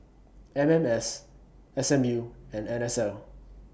M M S S M U and N S L